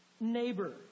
neighbor